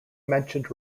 mentioned